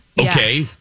Okay